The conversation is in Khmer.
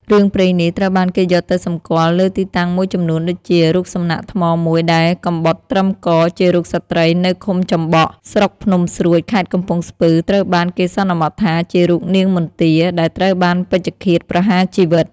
រឿងព្រេងនេះត្រូវបានគេយកទៅសម្គាល់លើទីតាំងមួយចំនួនដូចជា រូបសំណាកថ្មមួយដែលកំបុតត្រឹមក ជារូបស្ត្រីនៅឃុំចំបក់ ស្រុកភ្នំស្រួច ខេត្តកំពង់ស្ពឺ ត្រូវបានគេសន្មតថាជារូបនាងមន្ទា ដែលត្រូវបានពេជ្ឈឃាតប្រហារជីវិត។